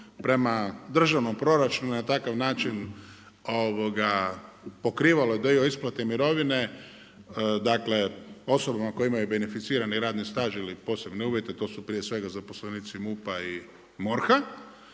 prema državnom proračunu na takav način pokrivalo je dio isplate mirovine dakle osobno koji imaju benificirani radni staž ili posebne uvjete to su prije svega zaposlenici MUP-a i MORH-a